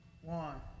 One